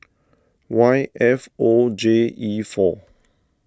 Y F O J E four